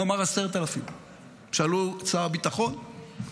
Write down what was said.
הוא אמר: 10,000. שאלו את שר הביטחון והוא